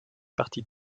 partie